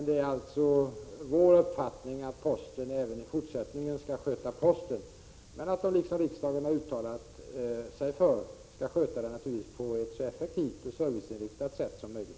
Det är emellertid vår uppfattning att postverket även i fortsättningen skall sköta posten, men att verket — så som riksdagen har uttalat sig för — skall sköta den på ett så effektivt och serviceinriktat sätt som möjligt.